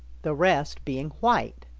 the rest being white.